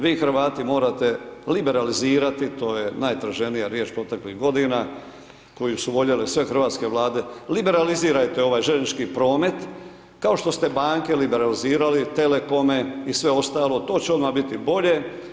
Vi Hrvati morate liberalizirati, to je najtraženija riječ proteklih godina, koje su voljele sve hrvatske vlade, liberalizirajte ovaj željeznički promet, kao što ste banke liberalizirali, telekome, i sve ostalo, to će odmah biti bolje.